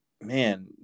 man